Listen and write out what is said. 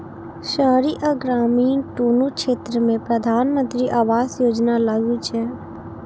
शहरी आ ग्रामीण, दुनू क्षेत्र मे प्रधानमंत्री आवास योजना लागू छै